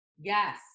Yes